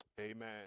amen